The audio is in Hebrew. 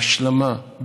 בהשלמה,